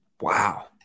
Wow